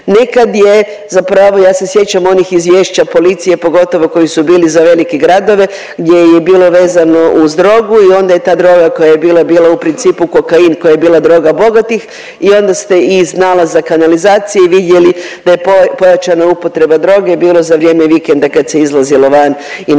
nekad je zapravo ja se sjećam onih izvješća policije, pogotovo koji su bili za velike gradove gdje je bilo vezano uz drogu i onda je ta droga koja je bila, bila u principu kokain, koja je bila droga bogatih i onda ste iz nalaza kanalizacije vidjeli da je pojačana upotreba droge bilo za vrijeme vikenda kad se izlazilo van i nekakve